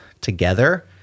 together